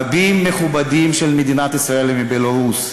רבים מהמכובדים של מדינת ישראל הם מבלרוס,